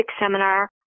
seminar